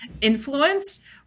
influence